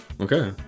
okay